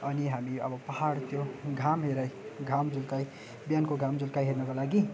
अनि हामी अब पाहाडतिर घाम हेराइ घाम झुल्काइ बिहानको घाम झुल्काइ हेर्नको लागि